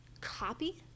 copy